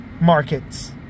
markets